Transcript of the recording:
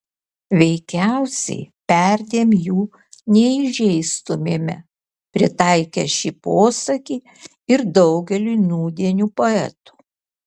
veikiausiai perdėm jų neįžeistumėme pritaikę šį posakį ir daugeliui nūdienių poetų